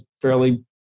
fairly